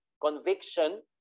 conviction